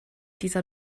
dieser